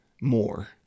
more